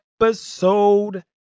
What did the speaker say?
episode